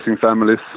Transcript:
families